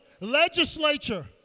Legislature